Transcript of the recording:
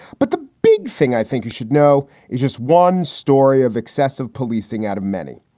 but the big thing i think you should know is just one story of excessive policing out of many.